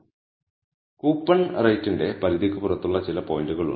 ഇപ്പോൾ കൂപ്പൺ നിരക്കിന്റെ പരിധിക്ക് പുറത്തുള്ള ചില പോയിന്റുകൾ ഉണ്ട്